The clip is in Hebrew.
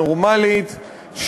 נורמלית,